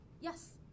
Yes